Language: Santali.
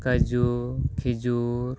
ᱠᱟᱹᱡᱩ ᱠᱷᱮᱡᱩᱨ